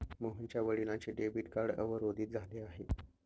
मोहनच्या वडिलांचे debit card अवरोधित झाले आहे